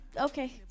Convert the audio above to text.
Okay